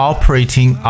Operating